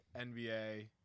NBA